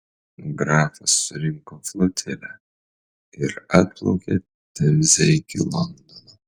grafas surinko flotilę ir atplaukė temze iki londono